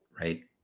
Right